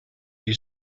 you